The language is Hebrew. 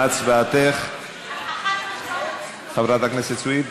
מה הצבעתך, חברת הכנסת סויד?